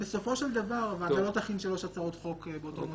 בסופו של דבר הוועדה לא תכין שלוש הצעות חוק באותו נוסח.